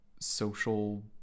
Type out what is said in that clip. social